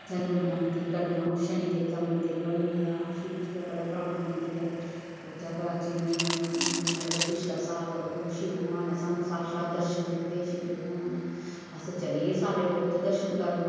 इत्थै दुनिया औंदी कन्नै हून शनिदेव दा मंदर बनी गेदा शिवजी दा बड़ा पराना मंदर ऐ उत्थें प्राचीन हून मतलब पिछले साल हून शिव भगवान ने सानूं साक्षात दर्शन दित्ते शिवजी भगवान ने अस चली गे सारे लोक उत्थै दर्शन करन